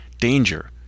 danger